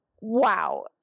Wow